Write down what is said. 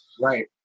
Right